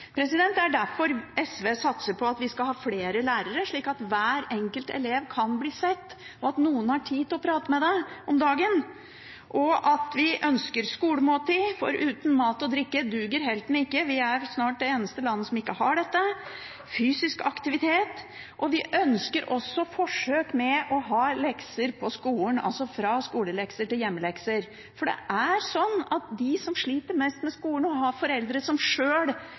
flere lærere, slik at hver enkelt elev kan bli sett, og at noen har tid til å prate med dem om dagen. Vi ønsker skolemåltid, for uten mat og drikke duger helten ikke – vi er snart det eneste landet som ikke har dette – og fysisk aktivitet, og vi ønsker også forsøk med lekser på skolen, altså fra hjemmelekser til skolelekser. For det er sånn at de som sliter mest med skolen og har foreldre som sjøl